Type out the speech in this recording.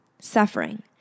suffering